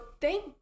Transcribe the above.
thank